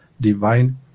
divine